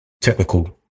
technical